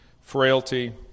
frailty